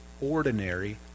ordinary